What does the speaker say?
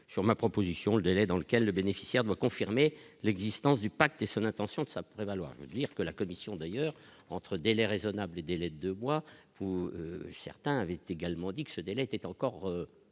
sur ma proposition, le délai dans lequel le bénéficiaire doit confirmer l'existence du pacte et son intention de sa prévaloir, dire que la commission d'ailleurs entre délais raisonnables, délais de moi vous certains avaient également dit que ce délai était encore